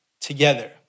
together